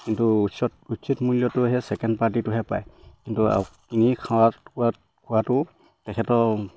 কিন্তু উচিত উচিত মূল্যটোহে ছেকেণ্ড পাৰ্টিটোহে পায় কিন্তু কিনি খাৱাত খোৱাটো তেখেতৰ